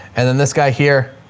and then this guy here,